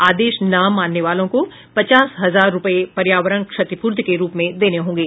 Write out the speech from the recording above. आदेश न मानने वालों को पच्चास हजार रूपये पर्यावरण क्षतिपूर्ति के रूप में देने होंगे